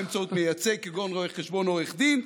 באמצעות מייצג, כגון רואה חשבון או עורך דין?